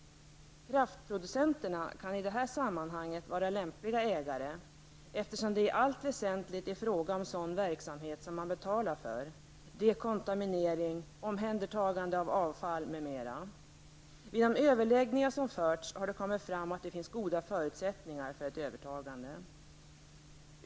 Kraftproducenterna kan i det här sammanhanget vara lämpliga ägare, eftersom det i allt väsentligt är fråga om sådan verksamhet som man betalar för, dvs. dekontaminering, omhändertagande av avfall, m.m. Vid de överläggningar som förts har det kommit fram att det finns goda förutsättningar för ett övertagande.